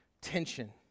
tension